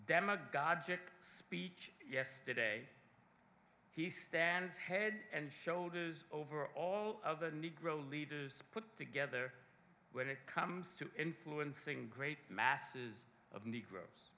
demagogic speech yesterday he stands head and shoulders over all of the negro leaders put together when it comes to influencing great masses of negroes